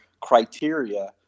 criteria